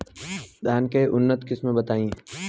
धान के उन्नत किस्म बताई?